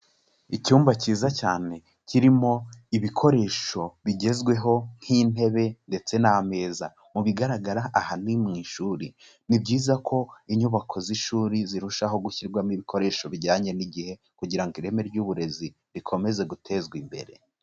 Icyumba cyiza cyane kirimo ibikoresho bigezweho nk'intebe ndetse n'ameza mu bigaragara aha ni mu ishuri, ni byiza ko inyubako z'ishuri zirushaho gushyirwamo ibikoresho bijyanye n'igihe kugira ngo ireme ry'uburezi rikomeze gutezwa imbere.